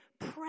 pray